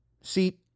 See